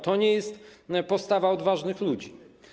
To nie jest postawa odważnych ludzi.